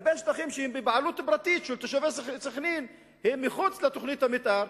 הרבה שטחים שהם בבעלות פרטית של תושבי סח'נין הם מחוץ לתוכנית המיתאר.